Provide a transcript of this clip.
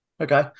Okay